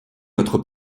notre